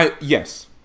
Yes